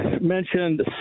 mentioned